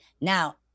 Now-